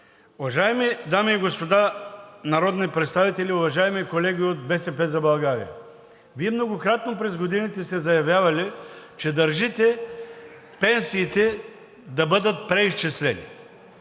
уважаеми дами и господа народни представители, уважаеми колеги от „БСП за България“, Вие многократно през годините сте заявявали, че държите пенсиите да бъдат преизчислени.